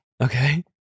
Okay